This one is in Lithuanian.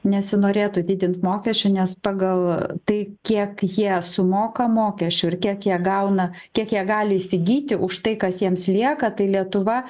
nesinorėtų didint mokesčių nes pagal tai kiek jie sumoka mokesčių ir kiek jie gauna kiek jie gali įsigyti už tai kas jiems lieka tai lietuva